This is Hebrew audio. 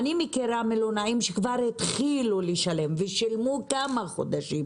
אני מכירה מלונאים שכבר התחילו לשלם ושילמו כמה חודשים,